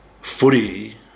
footy